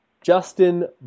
Justin